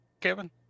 kevin